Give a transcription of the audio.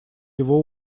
его